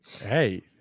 hey